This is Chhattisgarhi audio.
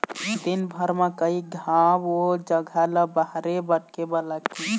दिनभर म कइ घांव ओ जघा ल बाहरे बटरे बर लागथे